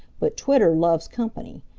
but twitter loves company.